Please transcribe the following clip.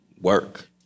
work